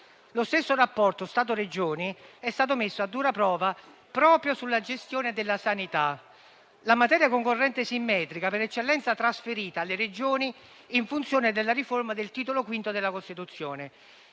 Lo stesso rapporto Stato-Regioni è stato messo a dura prova proprio sulla gestione della sanità, la materia concorrente simmetrica per eccellenza, trasferita alle Regioni in funzione della riforma del Titolo V della Costituzione.